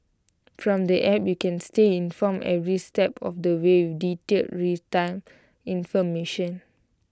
from the app you can stay informed every step of the way with detailed real time information